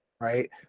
right